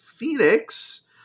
phoenix